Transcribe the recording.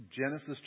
Genesis